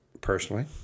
personally